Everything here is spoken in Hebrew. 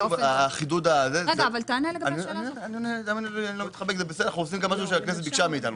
החידוד - אני לא מתחמק אנחנו עושים משהו שהכנסת ביקשה מאתנו.